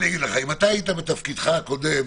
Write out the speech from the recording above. אם אתה היית בתפקידך הקודם